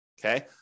okay